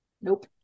Nope